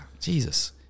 Jesus